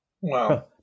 Wow